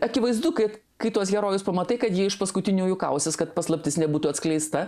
akivaizdu kad kai tuos herojus pamatai kad jie iš paskutiniųjų kausis kad paslaptis nebūtų atskleista